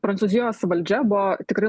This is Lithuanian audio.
prancūzijos valdžia buvo tikrai